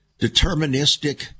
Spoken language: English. deterministic